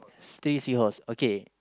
three seahorse okay